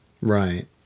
Right